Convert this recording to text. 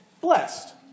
blessed